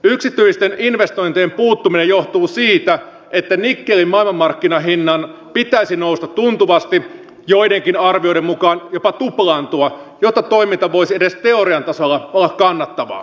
yksityisten investointien puuttuminen johtuu siitä että nikkelin maailmanmarkkinahinnan pitäisi nousta tuntuvasti joidenkin arvioiden mukaan jopa tuplaantua jotta toiminta voisi edes teorian tasolla olla kannattavaa